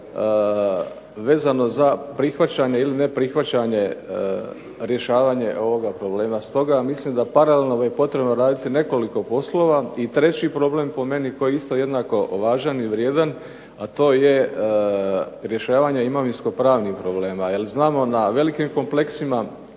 vezano za prihvaćanje ili neprihvaćanje rješavanje ovoga problema. Stoga mislim da paralelno je potrebno raditi nekoliko poslova. I treći problem po meni koji je isto jednako važan i vrijedan, a to je rješavanje imovinsko-pravnih problema. Jel znamo, na velikim kompleksima